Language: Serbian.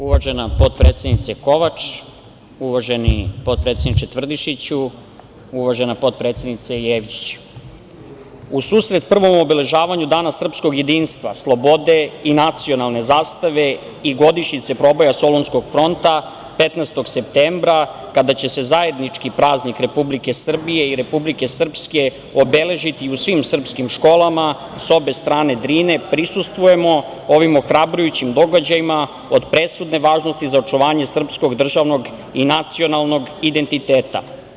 Uvažena potpredsednice Kovač, uvaženi potpredsedniče Tvrdišiću, uvažena potpredsednice Jevđić, u susret prvom obeležavanju Dana srpskoj jedinstva, slobode i nacionalne zastave i godišnjice proboja Solunskog fronta 15. septembra, kada će se zajednički praznik Republike Srbije i Republike Srpske obeležiti u svim srpskim školama sa obe strane Drine, prisustvujemo ovim ohrabrujućim događajima od presudne važnosti za očuvanje srpskog državnog i nacionalnog identiteta.